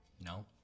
No